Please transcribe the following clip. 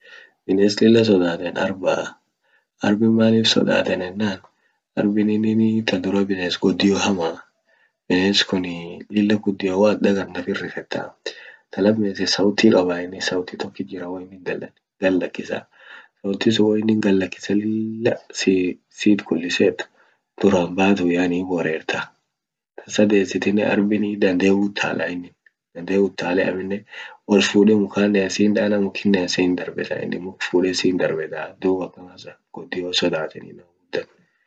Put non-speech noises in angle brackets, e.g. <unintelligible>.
Bines lilla sodatan arbaa arbin manif sodatani yenan arbini ininii tadura bines gudio hama bines kunii lilla gudio woat dagart naf hinrifetta ta lamesit sauti qabaa inin sauti tokit jiraa woinin dallan gadlakisaa. sauti sun wo inin gadlakise lilla sitkuliset dura hin baatu yani hin worerta ta sadesitinen arbin dandee hiutala inin dandee utale aminen ol fuude mukanea si hindana mukinea sin dar betaa inin muk fuude sindarbeta duub akama <unintelligible> gudio sodatani inama gudan